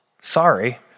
sorry